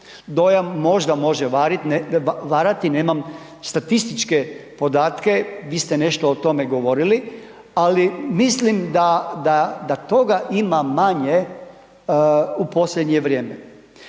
dojam možda može varati, nemam statističke podatke, vi ste nešto o tome govorili, ali mislim da, da, da toga ima manje u posljednje vrijeme.